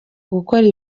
gukora